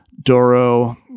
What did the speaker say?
Doro